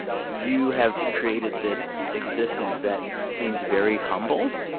you have created this existence that seems very humble,